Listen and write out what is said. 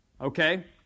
Okay